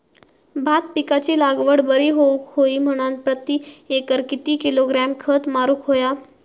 भात पिकाची लागवड बरी होऊक होई म्हणान प्रति एकर किती किलोग्रॅम खत मारुक होया?